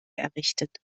errichtet